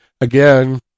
Again